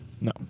No